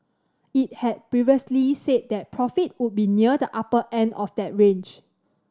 it had previously said that profit would be near the upper end of that range